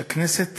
כשהכנסת